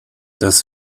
das